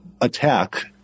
attack